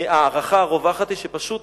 ההערכה הרווחת היא שפשוט